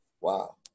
Wow